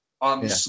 on